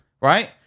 Right